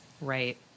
Right